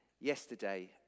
Yesterday